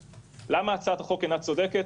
למה הצעת החוק אינה צודקת?